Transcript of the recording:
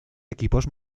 equipos